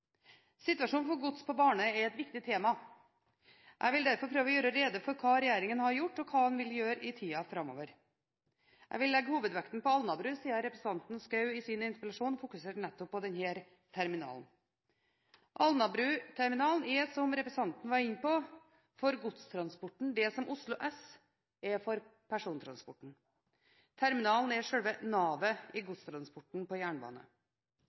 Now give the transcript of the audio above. Situasjonen for gods på bane er et viktig tema. Jeg vil derfor prøve å gjøre rede for hva regjeringen har gjort, og hva den vil gjøre i tiden framover. Jeg vil legge hovedvekten på Alnabru, siden representanten Schou i sin interpellasjon fokuserte nettopp på denne terminalen. Alnabruterminalen er, som representanten var inne på, for godstransporten det som Oslo S er for persontransporten. Terminalen er selve navet i godstransporten på